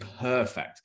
perfect